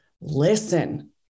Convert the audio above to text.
listen